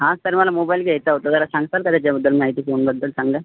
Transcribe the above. हां सर मला मोबाईल घ्यायचा होता जरा सांगताल का त्याच्याबद्दल माहिती फोनबद्दल सांगा